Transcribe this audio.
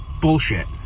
bullshit